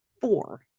four